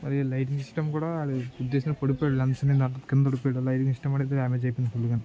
మరి lighting system కూడా అది గుద్దేసి పడిపోయి లెన్స్ మీద కింద ఉడిపోయి లైటింగ్ సిస్టం అయి డామేజ్ అయిపోయింది ఫుల్గా